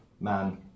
Man